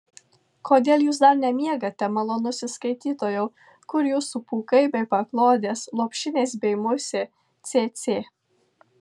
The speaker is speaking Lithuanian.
kodėl jūs dar nemiegate malonusis skaitytojau kur jūsų pūkai bei paklodės lopšinės bei musė cėcė